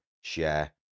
share